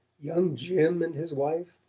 young jim and his wife,